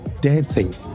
dancing